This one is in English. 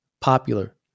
popular